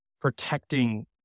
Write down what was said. protecting